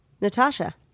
Natasha